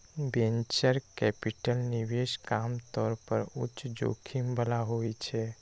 venture capital निवेश आम तौर पर उच्च जोखिम बला होइ छै